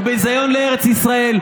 הוא ביזיון לארץ ישראל,